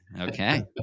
Okay